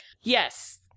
Yes